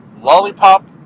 Lollipop